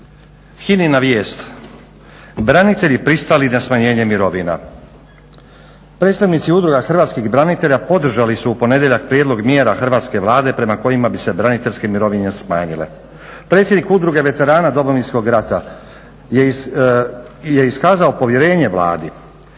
HINA-ina vijest - branitelji pristali na smanjenje mirovina. Predstavnici udruga hrvatskih branitelja podržali su u ponedjeljak prijedlog mjera Hrvatske vlade prema kojima bi se braniteljske mirovine smanjile. Predsjednik Udruge veterana Domovinskog rata je iskazao povjerenje Vladi.